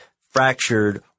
fractured